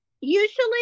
Usually